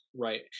Right